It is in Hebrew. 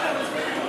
מורידים.